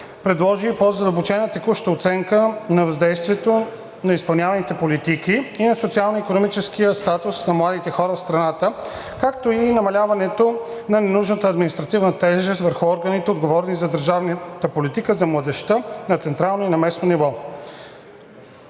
предложи и по-задълбочена текуща оценка на въздействието на изпълняваните политики и на социално-икономическия статус на младите хора в страната, както и намаляването на ненужната административна тежест върху органите, отговорни за държавната политика за младежта, на централно и на местно ниво.